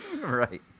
Right